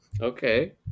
Okay